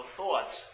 thoughts